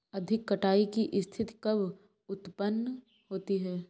अधिक कटाई की स्थिति कब उतपन्न होती है?